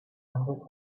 hundreds